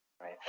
Right